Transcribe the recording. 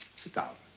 sit down.